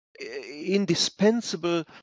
indispensable